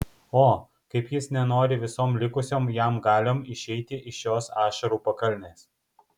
o kaip jis nenori visom likusiom jam galiom išeiti iš šios ašarų pakalnės